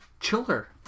chiller